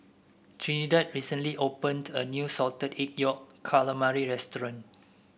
Trinidad recently opened a new Salted Egg Yolk Calamari restaurant